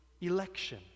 election